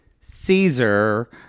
Caesar